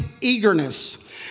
eagerness